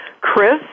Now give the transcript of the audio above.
Chris